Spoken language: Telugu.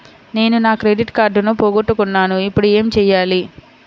నేను నా క్రెడిట్ కార్డును పోగొట్టుకున్నాను ఇపుడు ఏం చేయాలి?